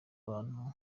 abantu